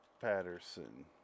Patterson